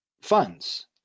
funds